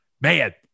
man